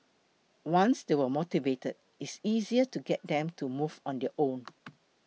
once they are motivated it's easier to get them to move on their own